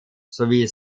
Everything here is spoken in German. sowie